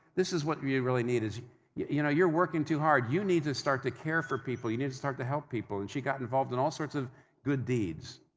this is what you you really need, you know, you're working too hard, you need to start to care for people, you need to start to help people. and she got involved in all sorts of good deeds,